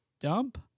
dump